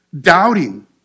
doubting